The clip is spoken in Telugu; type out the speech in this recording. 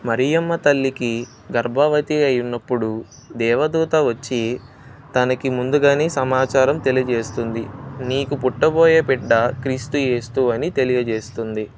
మరియమ్మ తల్లికి గర్భావతి అయిన్నప్పుడు దేవదూత వచ్చి తనకి ముందుగానే సమాచారం తెలియజేస్తుంది నీకు పుట్టబోయే బిడ్డ క్రీస్తు ఏసు అని తెలియజేస్తుంది